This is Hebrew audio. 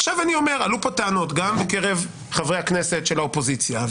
עכשיו עלו פה טענות גם מקרב חברי הכנסת של האופוזיציה,